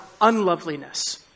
unloveliness